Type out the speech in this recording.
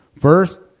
First